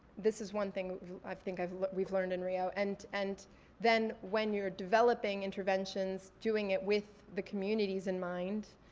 this is one thing i think we've we've learned in rio. and and then when you're developing interventions, doing it with the communities in mind,